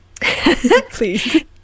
please